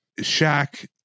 Shaq